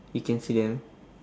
you can see them